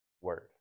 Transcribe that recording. word